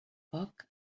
foc